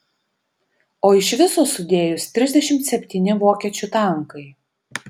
o iš viso sudėjus trisdešimt septyni vokiečių tankai